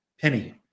Penny